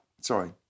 Sorry